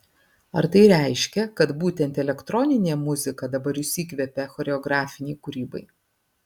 ar tai reiškia kad būtent elektroninė muzika dabar jus įkvepia choreografinei kūrybai